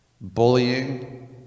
Bullying